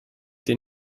den